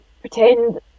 pretend